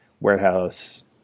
warehouse